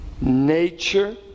nature